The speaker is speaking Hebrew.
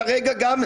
כרגע גם,